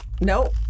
Nope